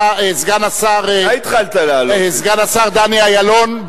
סגן השר דני אילון,